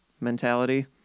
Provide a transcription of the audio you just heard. mentality